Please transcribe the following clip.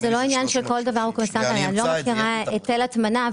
מה לגבי היטלי הטמנה?